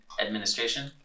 Administration